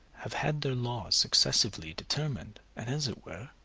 have had their laws successively determined, and, as it were,